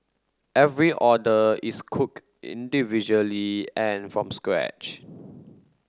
every order is cooked individually and from scratch